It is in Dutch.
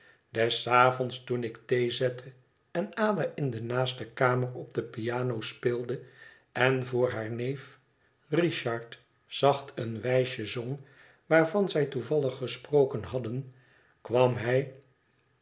des avonds toen ik thee zette en ada in de naaste kamer op de piano speelde en voor haar neef richard zacht een wijsje zong waarvan zij toevallig gesproken hadden kwam hij